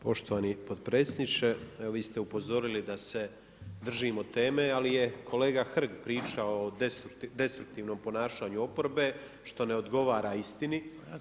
Poštovani potpredsjedniče, evo vi ste upozorili da se držimo teme, ali je kolega Hrg pričao o destruktivnom ponašanju oporbe, što ne odgovara istini.